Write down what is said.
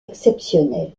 exceptionnelles